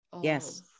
yes